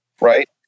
right